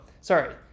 sorry